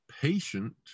Patient